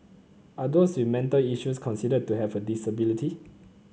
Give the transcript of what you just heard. are those with mental issues considered to have a disability